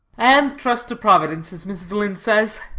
and trust to providence, as mrs. lynde says,